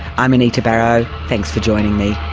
i'm anita barraud, thanks for joining me